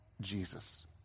Jesus